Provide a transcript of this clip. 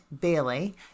Bailey